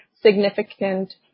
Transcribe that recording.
significant